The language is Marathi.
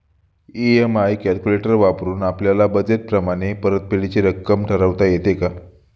इ.एम.आय कॅलक्युलेटर वापरून आपापल्या बजेट प्रमाणे परतफेडीची रक्कम ठरवता येते का?